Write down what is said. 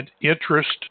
interest